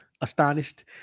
astonished